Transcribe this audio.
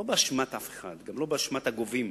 לא באשמת אף אחד, גם לא באשמת הגובים,